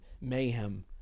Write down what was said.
mayhem